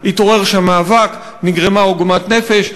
התעורר שם מאבק ונגרמה עוגמת נפש.